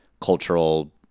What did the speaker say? cultural